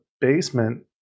basement